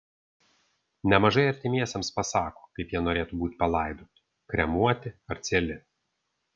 nemažai artimiesiems pasako kaip jie norėtų būti palaidoti kremuoti ar cieli